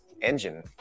engine